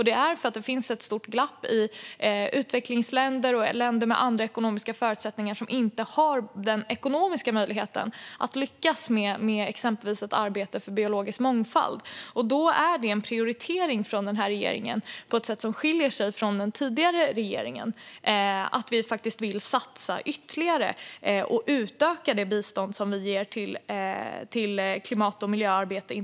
Det är för att det finns ett stort glapp mellan oss och utvecklingsländer, länder med andra ekonomiska förutsättningar, som inte har den ekonomiska möjligheten att lyckas med exempelvis ett arbete för biologisk mångfald. Det är en prioritering från den här regeringen, på ett sätt som skiljer sig från den tidigare, att vi faktiskt vill satsa ytterligare på och utöka biståndet till internationellt klimat och miljöarbete.